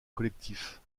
collectif